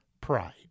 Pride